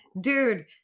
dude